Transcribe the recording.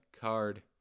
card